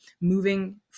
moving